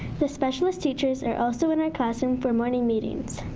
the specialist teachers are also in our classroom for morning meetings.